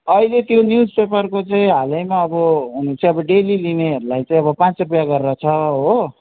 अहिले त्यो न्युजपेपरको चाहिँ हालमा अब हुनु चाहिँ डेली लिनेहरूलाई चाहिँ पाँच रुपियाँ गरेर छ हो